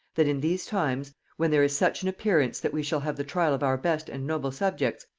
that in these times, when there is such an appearance that we shall have the trial of our best and noble subjects,